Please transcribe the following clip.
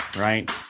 right